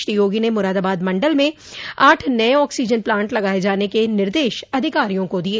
श्री योगी ने मुरादाबाद मंडल में आठ नये ऑक्सीजन प्लांट लगाये जाने के निर्देश अधिकारियों को दिये